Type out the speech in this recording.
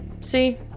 see